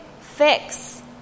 fix